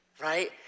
Right